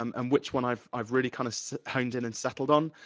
um um which one i've i've really kind of honed in and settled on.